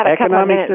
economic